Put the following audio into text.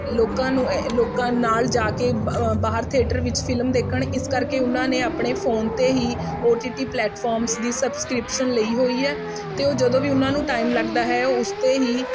ਲੋਕਾਂ ਨੂੰ ਲੋਕਾਂ ਨਾਲ਼ ਜਾ ਕੇ ਬਾਹਰ ਥਿਏਟਰ ਵਿੱਚ ਫਿਲਮ ਦੇਖਣ ਇਸ ਕਰਕੇ ਉਹਨਾਂ ਨੇ ਆਪਣੇ ਫੋਨ 'ਤੇ ਹੀ ਓ ਟੀ ਟੀ ਪਲੈਟਫਾਰਮ ਦੀ ਸਬਸਕ੍ਰਿਪਸ਼ਨ ਲਈ ਹੋਈ ਹੈ ਅਤੇ ਉਹ ਜਦੋਂ ਵੀ ਉਹਨਾਂ ਨੂੰ ਟਾਈਮ ਲੱਗਦਾ ਹੈ ਉਹ ਉਸ 'ਤੇ ਹੀ